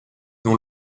dont